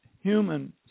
human